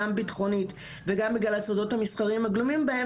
גם ביטחונית וגם בגלל הסודות המסחריים הגלומים בהם,